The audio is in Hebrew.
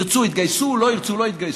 ירצו, יתגייסו, ירצו, לא יתגייסו.